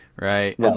right